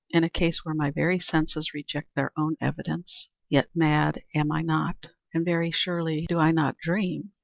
in a case where my very senses reject their own evidence. yet, mad am i not and very surely do i not dream.